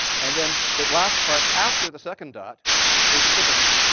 and then that last part after the second dot is the signature.